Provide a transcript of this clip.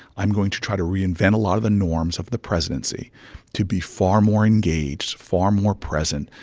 i'm going to try to reinvent a lot of the norms of the presidency to be far more engaged, far more present,